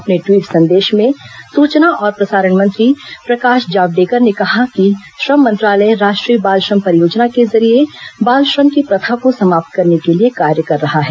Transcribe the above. अपने ट्वीट संदेश में सूचना और प्रसारण मंत्री प्रकाश जावड़ेकर ने कहा है कि श्रम मंत्रालय राष्ट्रीय बाल श्रम परियोजना के जरिए बाल श्रम की प्रथा को समाप्त करने के लिए कार्य कर रहा है